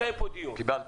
קיבלתי.